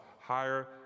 higher